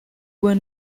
were